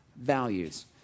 values